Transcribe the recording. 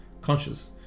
conscious